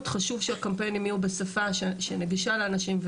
חשוב שהקמפיינים יהיו בשפה שנגישה לאנשים.